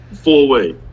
Four-way